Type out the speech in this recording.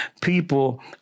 people